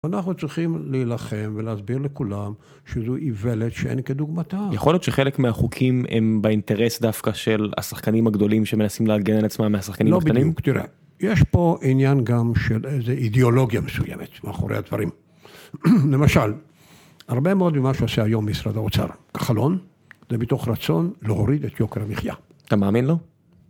אנחנו צריכים להילחם ולהסביר לכולם שזו עיוולת שאין כדוגמתה. יכול להיות שחלק מהחוקים הם באינטרס דווקא של השחקנים הגדולים שמנסים לארגן על עצמם מהשחקנים הקטנים? לא בדיוק, תראה, יש פה עניין גם של איזו אידיאולוגיה מסוימת מאחורי הדברים. למשל, הרבה מאוד ממה שעושה היום משרד האוצר כחלון, זה בתוך רצון להוריד את יוקר המחיה. אתה מאמין לו?